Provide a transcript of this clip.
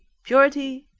purity,